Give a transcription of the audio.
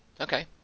Okay